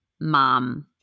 mom